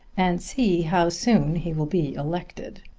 and see how soon he will be elected.